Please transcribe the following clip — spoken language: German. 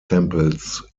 tempels